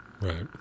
Right